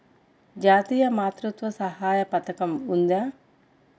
జాతీయ మాతృత్వ సహాయ పథకం ఉందా?